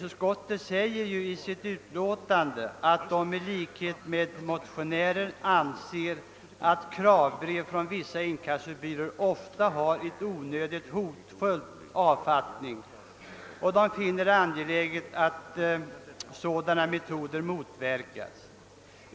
Utskottet förklarar i utlåtandet att det i likhet med motionären anser att >»kravbrev från vissa inkassobyråer ofta har en onödigt hotfull avfattning», och utskottet finner det angeläget att sådana metoder motverkas.